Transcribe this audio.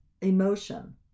emotion